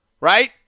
right